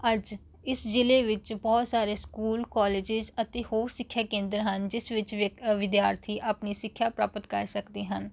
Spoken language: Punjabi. ਅੱਜ ਇਸ ਜ਼ਿਲ੍ਹੇ ਵਿੱਚ ਬਹੁਤ ਸਾਰੇ ਸਕੂਲ ਕਾਲਿਜਿਸ ਅਤੇ ਹੋਰ ਸਿੱਖਿਆ ਕੇਂਦਰ ਹਨ ਜਿਸ ਵਿੱਚ ਵਿਅਕ ਵਿਦਿਆਰਥੀ ਆਪਣੀ ਸਿੱਖਿਆ ਪ੍ਰਾਪਤ ਕਰ ਸਕਦੇ ਹਨ